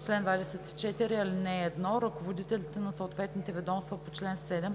„Чл. 24. (1) Ръководителите на съответните ведомства по чл. 7,